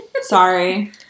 Sorry